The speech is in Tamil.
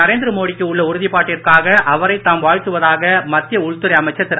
நரேந்திர மோடிக்கு உள்ள உறுதிப்பாட்டிற்காக அவரை தாம் வாழ்த்துவதாக மத்திய உள்துறை அமைச்சர் திரு